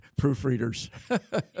proofreaders